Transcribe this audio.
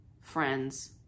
Friends